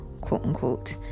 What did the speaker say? quote-unquote